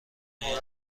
اینها